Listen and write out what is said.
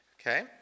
Okay